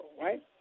right